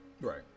Right